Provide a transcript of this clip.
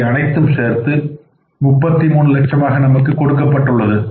இவை அனைத்தும் சேர்ந்து 33 லட்சம் ஆக நமக்கு கொடுக்கப்பட்டுள்ளது